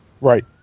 Right